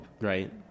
Right